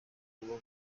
bwo